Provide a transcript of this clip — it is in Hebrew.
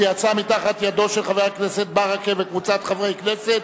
שיצאה מתחת ידי חבר הכנסת ברכה וקבוצת חברי כנסת,